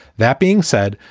that being said,